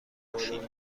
ماشین